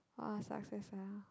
!wah! success ah